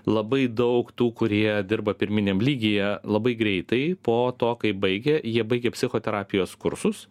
labai daug tų kurie dirba pirminiam lygyje labai greitai po to kai baigia jie baigia psichoterapijos kursus